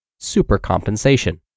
Supercompensation